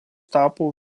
tapo